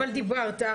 בדרישות.